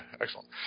excellent